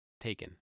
taken